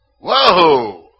Whoa